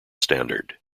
standard